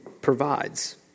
provides